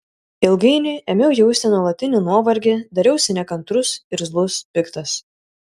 ilgainiui ėmiau jausti nuolatinį nuovargį dariausi nekantrus irzlus piktas